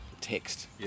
text